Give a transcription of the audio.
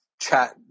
chat